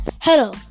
Hello